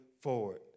forward